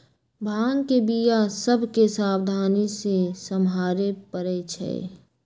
भांग के बीया सभ के सावधानी से सम्हारे परइ छै